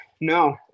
no